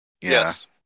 Yes